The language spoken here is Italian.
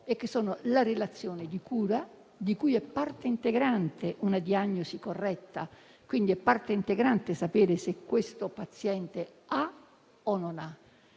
e che riguardano la relazione di cura, di cui è parte integrante una diagnosi corretta, quindi sapere se questo paziente ha o non ha